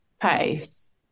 pace